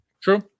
True